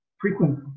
frequent